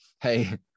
hey